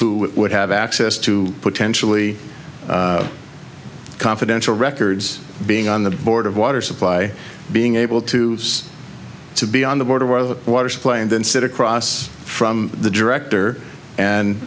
who would have access to potentially confidential records being on the board of water supply being able to use to be on the border where the water supply and then sit across from the director and